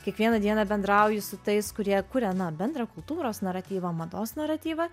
kiekvieną dieną bendrauji su tais kurie kuria na bendrą kultūros naratyvą mados naratyvą